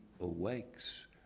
awakes